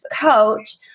coach